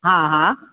हा हा